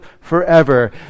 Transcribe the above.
forever